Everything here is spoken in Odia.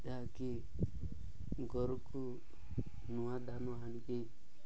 ଯାହାକି ଘରକୁ ନୂଆ ଧାନ ଆଣିକି